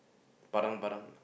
Padang Padang